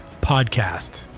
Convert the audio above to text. Podcast